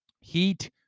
Heat